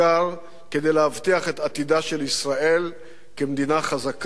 כדי להבטיח את עתידה של ישראל כמדינה חזקה,